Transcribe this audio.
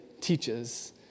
teaches